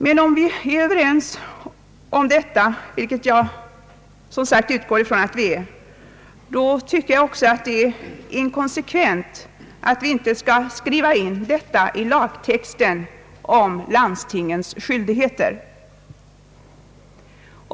Men om vi är överens om detta, vilket jag utgår ifrån att vi är, då är det inkonsekvent att inte skriva in landstingens skyldigheter i lagtexten.